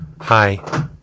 Hi